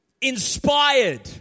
inspired